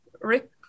rick